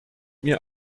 mir